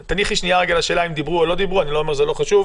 תניחי רגע לשאלה אם דיברו או לא דיברו אני לא אומר שזה לא חשוב,